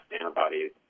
antibodies